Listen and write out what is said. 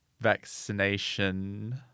vaccination